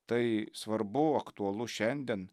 tai svarbu aktualu šiandien